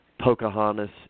Pocahontas